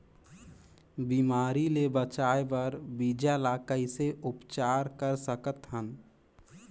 बिमारी ले बचाय बर बीजा ल कइसे उपचार कर सकत हन?